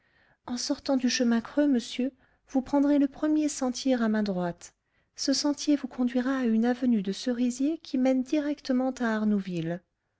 en sortant du chemin creux monsieur vous prendrez le premier sentier à main droite ce sentier vous conduira à une avenue de cerisiers qui mène directement à arnouville